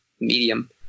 medium